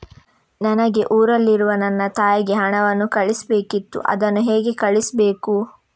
ನನಗೆ ಊರಲ್ಲಿರುವ ನನ್ನ ತಾಯಿಗೆ ಹಣವನ್ನು ಕಳಿಸ್ಬೇಕಿತ್ತು, ಅದನ್ನು ಹೇಗೆ ಕಳಿಸ್ಬೇಕು?